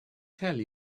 tell